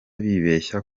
bibeshya